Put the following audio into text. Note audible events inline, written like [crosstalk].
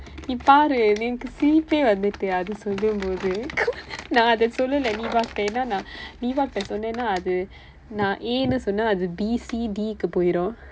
நீ பாரு எனக்கு சிரிப்பே வந்துட்டு அது சொல்லும்போது:nii paaru enakku sirippee vandthutdu athu sollumpoothu [laughs] நான் அதை சொல்லல:naan athai sollala nivas கிட்ட ஏனென்றால் நான்:kitta een enraal naan nivas கிட்ட சொனேன்னா அது நான்:kitta sonaenaa athu naan A இன்னு சொன்னா அது:innu sonnaa athu B C D க்கு போயிரும்:kku poyirum